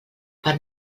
per